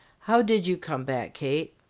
how did you come back, kate?